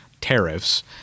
tariffs –